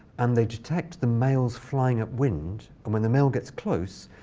and they detect the males flying at wind. and when the male gets close,